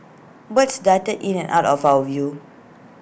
birds darted in and out of our view